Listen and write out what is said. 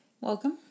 Welcome